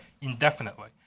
indefinitely